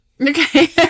Okay